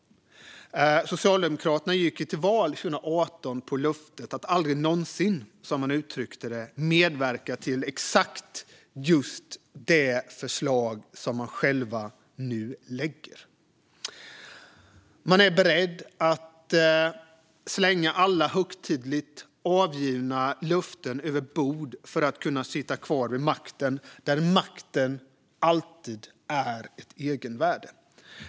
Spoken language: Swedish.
Socialdemokraterna gick 2018 till val på löftet att aldrig någonsin, som de uttryckte det, medverka till exakt just det förslag som de nu själva lägger fram. De är beredda att slänga alla högtidligt avgivna löften över bord för att kunna sitta kvar vid makten. Makten har alltid ett egenvärde.